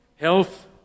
Health